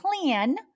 plan